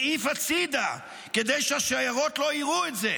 מעיף הצידה כדי שהשיירות לא יראו את זה,